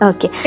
Okay